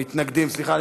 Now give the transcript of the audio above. מתנגדים, סליחה.